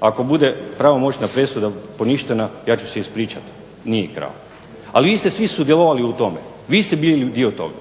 Ako bude pravomoćna presuda poništena ja ću se ispričati, nije krao, ali vi ste svi sudjelovali u tome, vi ste bili dio toga.